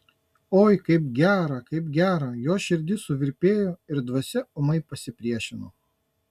oi kaip gera kaip gera jos širdis suvirpėjo ir dvasia ūmai pasipriešino